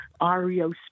ARIO